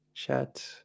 Chat